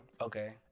Okay